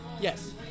Yes